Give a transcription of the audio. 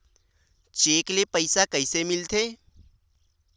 Cheque ले पईसा कइसे मिलथे?